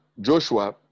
Joshua